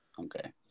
Okay